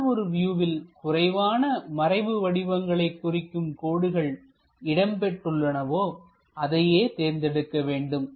எந்த ஒரு வியூவில் குறைவான மறைவு வடிவங்களை குறிக்கும் கோடுகள் இடம் பெற்றுள்ளனவோ அதையே தேர்ந்தெடுக்க வேண்டும்